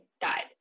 died